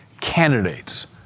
candidates